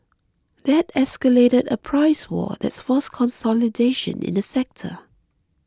that escalated a price war that's forced consolidation in the sector